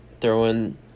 throwing